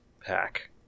pack